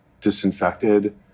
disinfected